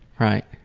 right,